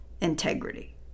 integrity